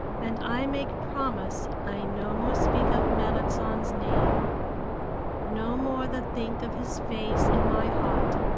and i make promise i no more speak of merrit san's name no more the think of his face in my heart.